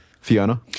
Fiona